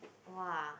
!wah!